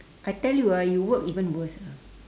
I tell you ah you work even worse ah